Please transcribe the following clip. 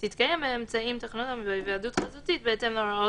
רק לציין שאמורה להיות גם פה תוספת, בהתאם לחלק